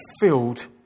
filled